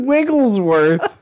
Wigglesworth